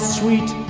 Sweet